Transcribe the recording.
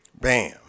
Bam